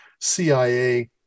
CIA